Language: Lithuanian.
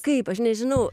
kaip aš nežinau